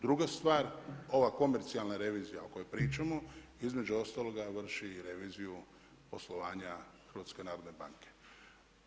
Druga stvar, ova komercijalna revizija o kojoj pričamo između ostaloga vrši reviziju poslovanja HNB-a.